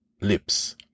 lips